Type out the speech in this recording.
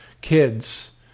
kids